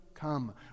come